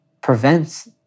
prevents